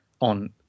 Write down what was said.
on